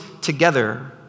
together